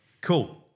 cool